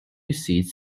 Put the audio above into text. seats